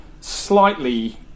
slightly